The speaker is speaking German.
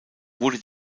wurde